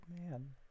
man